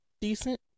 decent